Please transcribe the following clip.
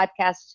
podcast